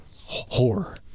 Horror